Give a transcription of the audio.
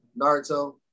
naruto